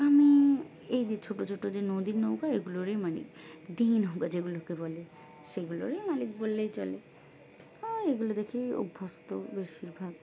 আমি এই যে ছোট ছোট যে নদীর নৌকা এগুলোরই মালিক ডিঙি নৌকা যেগুলোকে বলে সেগুলোরই মালিক বললেই চলে আর এগুলো দেখেই অভ্যস্ত বেশিরভাগ